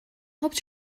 helped